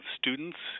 students